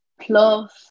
plus